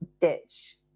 ditch